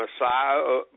Messiah